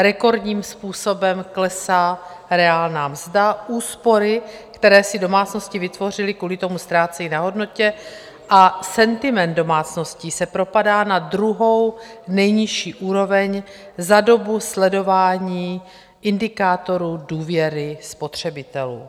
Rekordním způsobem klesá reálná mzda, úspory, které si domácnosti vytvořily, kvůli tomu ztrácejí na hodnotě a sentiment domácností se propadá na druhou nejnižší úroveň za dobu sledování indikátorů důvěry spotřebitelů.